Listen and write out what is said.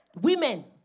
women